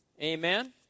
Amen